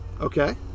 Okay